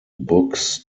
books